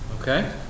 Okay